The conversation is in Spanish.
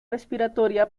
respiratoria